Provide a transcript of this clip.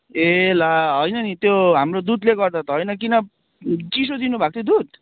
ए ला होइन नि त्यो हाम्रो दुधले गर्दा त होइन किन चिसो दिनुभएको थियो दुध